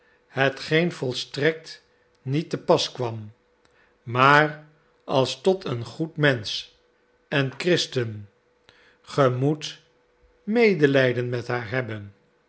hetgeen volstrekt niet te pas kwam maar als tot een goed mensch en christen ge moet medelijden met haar hebben